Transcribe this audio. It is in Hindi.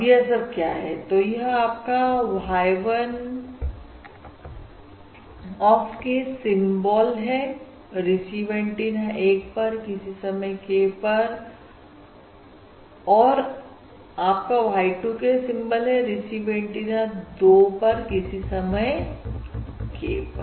अब यह सब क्या है तो यह आपका y 1 ऑफ k सिंबॉल है रिसीव एंटीना 1 पर किसी समय k पर और आपका y 2 k सिंबल है रिसीव एंटीना 2 पर किसी समय k पर